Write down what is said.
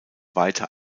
weiter